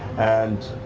and